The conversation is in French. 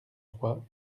trois